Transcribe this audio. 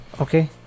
Okay